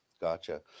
Gotcha